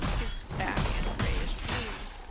his back is grayish-blue.